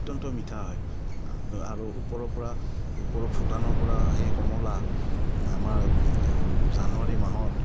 অত্যন্ত মিঠা হয় আৰু ওপৰৰ পৰা ওপৰৰ ভূটানৰ পৰা সেই কমলা আমাৰ জানুৱাৰী মাহত